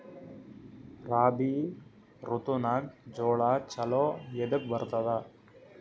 ರಾಬಿ ಋತುನಾಗ್ ಜೋಳ ಚಲೋ ಎದಕ ಬರತದ?